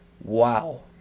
wow